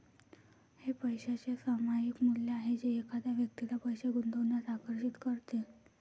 हे पैशाचे सामायिक मूल्य आहे जे एखाद्या व्यक्तीला पैसे गुंतवण्यास आकर्षित करते